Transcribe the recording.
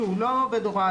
שהוא לא עובד הוראה,